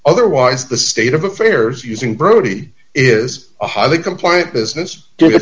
otherwise the state of affairs using brody is a highly compliant business